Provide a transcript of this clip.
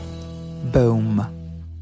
Boom